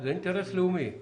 זה אינטרס לאומי.